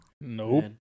Nope